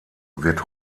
wird